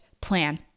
plan